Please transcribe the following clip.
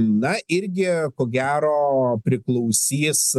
na irgi ko gero priklausys